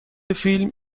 فیلم